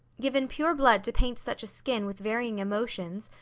given pure blood to paint such a skin with varying emotions,